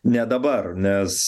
ne dabar nes